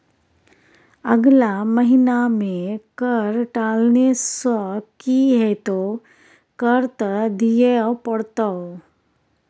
अगला महिना मे कर टालने सँ की हेतौ कर त दिइयै पड़तौ